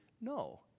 No